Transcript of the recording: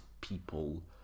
people